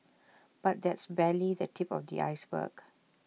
but that's barely the tip of the iceberg